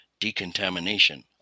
decontamination